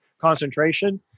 concentration